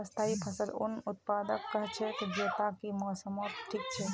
स्थाई फसल उन उत्पादकक कह छेक जैता कई मौसमत टिक छ